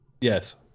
Yes